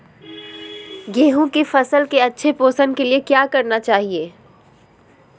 गेंहू की फसल के अच्छे पोषण के लिए क्या करना चाहिए?